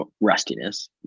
rustiness